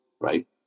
Right